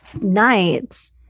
nights